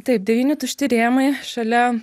taip devyni tušti rėmai šalia